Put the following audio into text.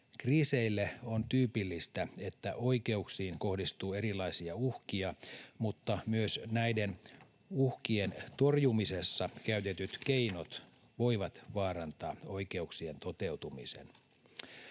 Kriiseille on tyypillistä, että oikeuksiin kohdistuu erilaisia uhkia, mutta myös näiden uhkien torjumisessa käytetyt keinot voivat vaarantaa oikeuksien toteutumisen.